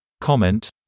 comment